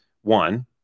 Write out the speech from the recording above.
one